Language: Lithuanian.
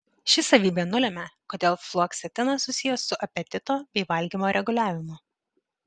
ši savybė nulemia kodėl fluoksetinas susijęs su apetito bei valgymo reguliavimu